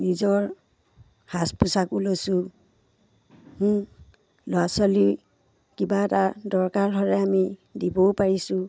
নিজৰ সাজ পোছাকো লৈছোঁ ল'ৰা ছোৱালী কিবা এটা দৰকাৰ হ'লে আমি দিবও পাৰিছোঁ